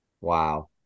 Wow